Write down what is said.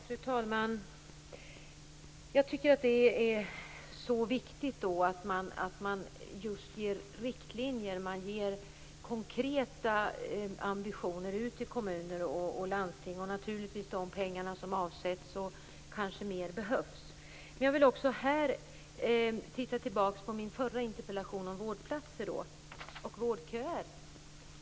Fru talman! Jag tycker att det är viktigt att man just ger riktlinjer, att man ger konkreta ambitioner till kommuner och landsting. Det handlar naturligtvis om de pengar som har avsatts, och mer behövs kanske. Men jag vill också här titta tillbaka på min förra interpellation om vårdplatser och vårdköer.